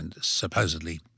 supposedly